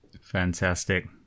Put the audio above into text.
Fantastic